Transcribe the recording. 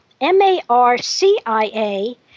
M-A-R-C-I-A